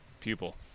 Pupil